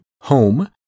Home